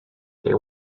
they